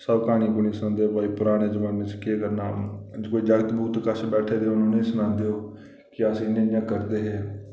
सब परानी सनांदे हे की भाई पराने जमाने च केह् करना हा अज्ज कोई जागत् बैठे दे होन उ'नेंगी सनांदे ओह् केह् अस इं'या इं'या करदे हे